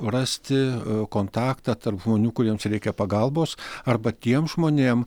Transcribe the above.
rasti kontaktą tarp žmonių kuriems reikia pagalbos arba tiem žmonėm